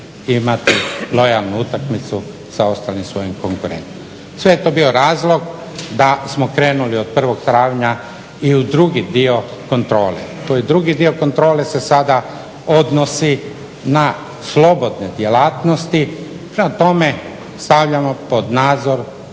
imati lojalnu utakmicu sa ostalim svojim konkurentima. Sve je to bio razlog da smo krenuli od 1.4. i u drugi dio kontrole. Taj drugi dio kontrole se sada odnosi na slobodne djelatnosti, prema tome stavljamo pod nadzor